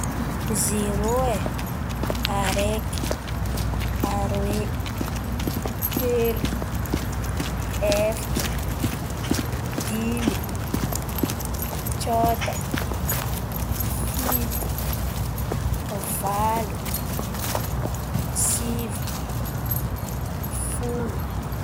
Zero e, araiky, aroe, telo, efatra, dimy, tsôta, fito, valo, sivy, folo.